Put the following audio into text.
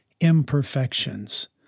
imperfections